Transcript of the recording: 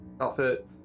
outfit